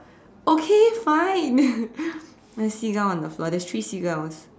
okay fine there's seagulls on the floor there's three seagulls